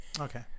Okay